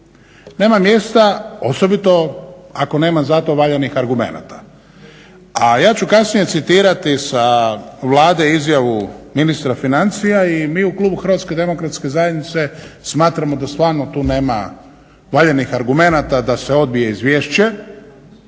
Nema mjesta osobito ako nema za to valjanih argumenata, a ja ću kasnije citirati sa Vlade izjavu ministra financija i mi u klubu Hrvatske demokratske zajednice smatramo da stvarno tu nema valjanih argumenata da se odbije Izvješće,